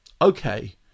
okay